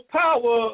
power